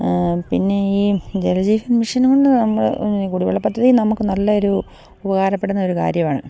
പിന്നെ ഈ ജൽ ജീവൻ മിഷനെ കൊണ്ട് കുടി വെള്ള പദ്ധതി നമുക്ക് നല്ലൊരു ഉപകാരപ്പെടുന്ന ഒരു കാര്യമാണ്